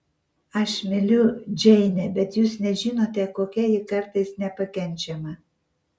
aš myliu džeinę bet jūs nežinote kokia ji kartais nepakenčiama